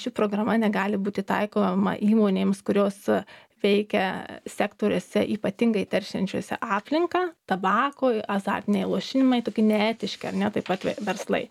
ši programa negali būti taikoma įmonėms kurios veikia sektoriuose ypatingai teršiančiuose aplinką tabakui azartiniai lošimai tokie neetiški ar ne taip pat verslai